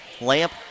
Lamp